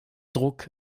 druck